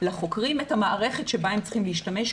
לחוקרים את המערכת שבה הם צריכים להשתמש.